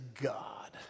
God